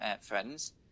friends